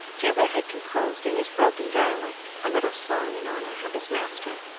juba had composed, in his broken dialect, a little song in honour of his master,